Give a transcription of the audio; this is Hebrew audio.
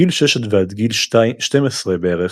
מגיל שש ועד גיל שתים עשרה בערך,